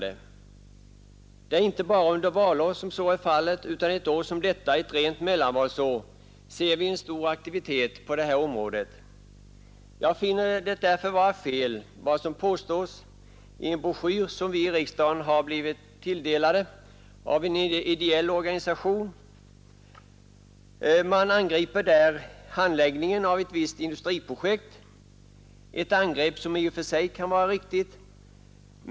Det sker inte bara under valår, utan även ett år som detta — ett rent mellanvalsår — ser vi en stor aktivitet på det här området. Jag finner därför vad som sägs i en broschyr, som vi riksdagsmän har blivit tilldelade av en ideell organisation, vara felaktigt. Man angriper i broschyren handläggningen av ett visst industriprojekt, ett angrepp som i och för sig kan vara riktigt.